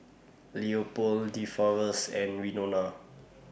Leopold Deforest and Winona